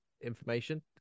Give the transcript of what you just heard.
information